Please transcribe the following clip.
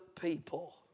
people